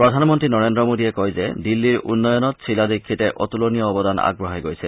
প্ৰধানমন্ত্ৰী নৰেন্ত্ৰ মোদীয়ে কয় যে দিল্লীৰ উন্নয়নত শীলা দীক্ষিতে অতুলনীয় অৱদান আগবঢ়াই গৈছে